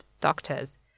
doctors